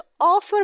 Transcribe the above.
offer